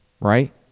right